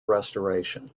restoration